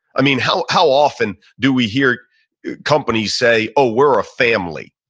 i mean, how how often do we hear companies say, oh, we're a family?